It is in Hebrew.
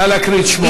נא להקריא את שמו.